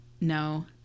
No